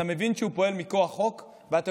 אתה מבין שהוא פועל מכוח חוק ואתה